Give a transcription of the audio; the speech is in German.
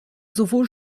sowohl